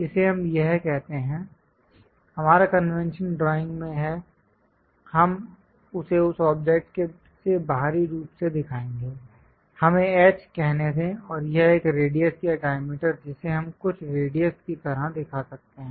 इसे हम यह कहते हैं हमारा कन्वेंशन ड्राइंग में है हम इसे उस ऑब्जेक्ट से बाहरी रूप से दिखाएंगे हमें H कहने दे और यह एक रेडियस या डायमीटर जिसे हम कुछ रेडियस की तरह दिखा सकते हैं